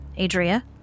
Adria